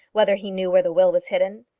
whether he knew where the will was hidden.